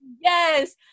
Yes